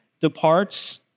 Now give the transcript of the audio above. departs